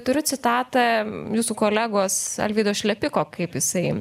turiu citatą jūsų kolegos alvydo šlepiko kaip jisai